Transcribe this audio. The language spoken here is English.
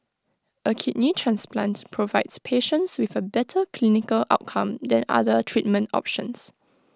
A kidney transplant provides patients with A better clinical outcome than other treatment options